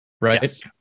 right